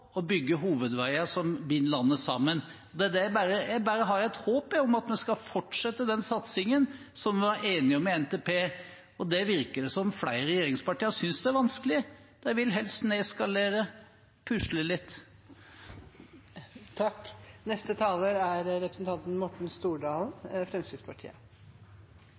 å bygge hovedveier som binder landet sammen. Jeg har et håp om at vi skal fortsette den satsingen som vi var enige om i NTP, og det virker det som om flere i regjeringspartiene synes er vanskelig. De vil helst nedskalere, pusle litt.